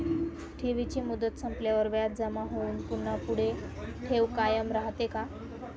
ठेवीची मुदत संपल्यावर व्याज जमा होऊन पुन्हा पुढे ठेव कायम राहते का?